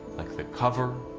like the cover,